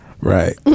right